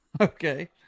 Okay